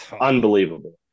unbelievable